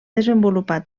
desenvolupar